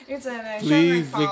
Please